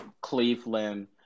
Cleveland